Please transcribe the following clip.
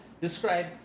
describe